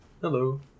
Hello